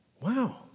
Wow